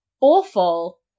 awful